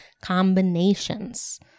combinations